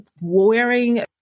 wearing